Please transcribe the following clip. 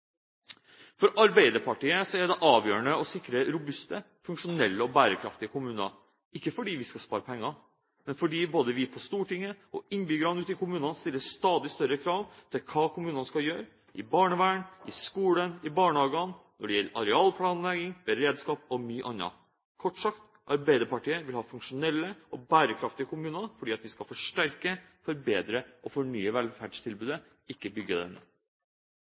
For Arbeiderpartiet er det avgjørende å sikre robuste, funksjonelle og bærekraftige kommuner – ikke fordi vi skal spare penger, men fordi både vi på Stortinget og innbyggerne ute i kommunene stiller stadig større krav til hva kommunene skal gjøre i barnevernet, i skolen, i barnehagene, og når det gjelder arealplanlegging, beredskap og mye annet. Kort sagt: Arbeiderpartiet vil ha funksjonelle og bærekraftige kommuner, fordi vi skal forsterke, forbedre og fornye velferdstilbudet, ikke bygge